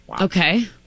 Okay